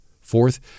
fourth